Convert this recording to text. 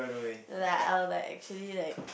like I will like actually like